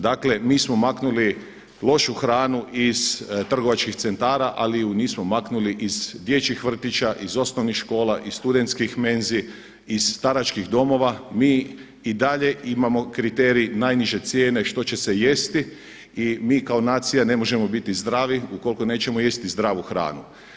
Dakle mi smo maknuli lošu hranu iz trgovačkih centara, ali ju nismo maknuli iz dječjih vrtića, iz osnovnih škola, iz studentskih menzi, iz staračkih domova, mi i dalje imamo kriterij najniže cijene što će se jesti i mi kao nacija ne možemo biti zdravi ukoliko nećemo jesti zdravu hranu.